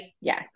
Yes